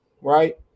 right